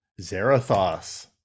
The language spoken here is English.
Zarathos